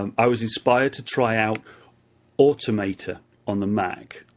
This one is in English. um i was inspired to try out automator on the mac.